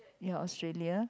ya Australia